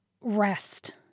rest